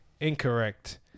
incorrect